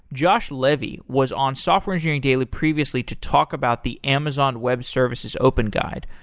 josh levy was on software engineering daily previously to talk about the amazon web services open guide,